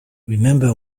remember